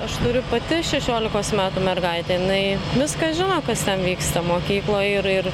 aš turiu pati šešiolikos metų mergaitė jinai viską žino kas ten vyksta mokykloj ir ir